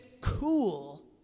cool